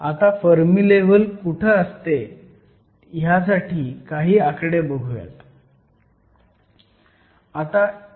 आता Fermi level कुठं असते ह्यासाठी काही आकडे बघुयात